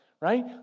right